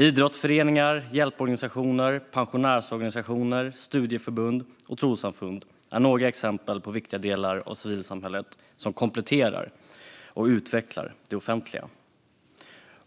Idrottsföreningar, hjälporganisationer, pensionärsorganisationer, studieförbund och trossamfund är några exempel på viktiga delar av civilsamhället som kompletterar och utvecklar det offentliga.